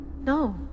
No